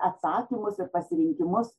atsakymus ir pasirinkimus